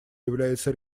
является